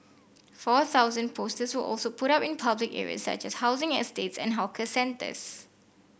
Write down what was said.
four thousand posters were also put up in public areas such as housing estates and hawker centres